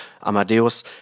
Amadeus